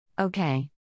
Okay